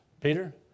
Peter